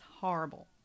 horrible